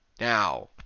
Now